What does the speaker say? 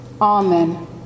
Amen